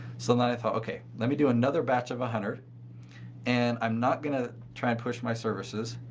so, then i thought, okay, let me do another batch of a hundred and i'm not going to try and push my services.